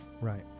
Right